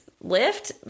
lift